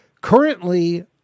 currently